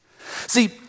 See